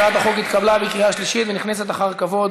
הצעת החוק התקבלה בקריאה שלישית ונכנסת אחר כבוד